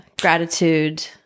gratitude